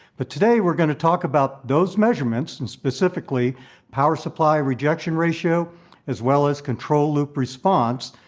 but today we are going to talk about those measurements, and specifically power supply rejection ratio as well as control loop response,